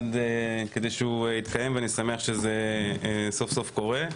עד כדי שהוא יתקיים ואני שמח שזה סוף סוף קורה,